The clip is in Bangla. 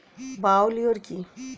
বায়ো লিওর কি?